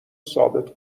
ثابت